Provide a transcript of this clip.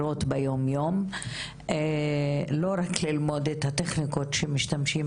אלא גם הטרמינולוגיה כדי שנוכל באמת לתת לזה מענים.